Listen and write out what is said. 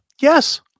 Yes